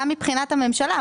גם מבחינת הממשלה,